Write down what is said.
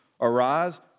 Arise